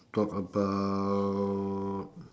talk about